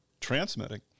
transmitting